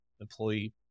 employee